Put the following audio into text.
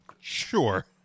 Sure